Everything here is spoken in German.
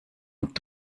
und